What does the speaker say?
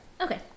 okay